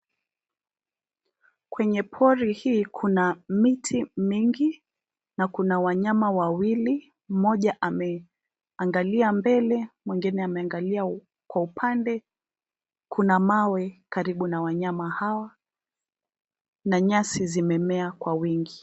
Kwenye pori hii kuna miti mingi na kuna wanyama wawili. Mmoja ameangalia mbele mwingine ameangalia kwa upande kuna mawe karibu na wanyama hawa na nyasi zimemea kwa wingi.